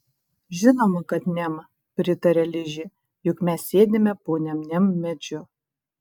žinoma kad niam pritaria ližė juk mes sėdime po niam niam medžiu